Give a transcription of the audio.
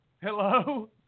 Hello